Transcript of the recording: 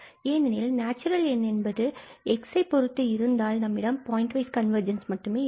ஏனெனில் இந்த நேச்சுரல் எண் N என்பது x என்பதை பொறுத்து இருந்தால் நம்மிடம் பாயிண்ட் வைஸ் கன்வர்ஜென்ஸ் மட்டுமே இருக்கும்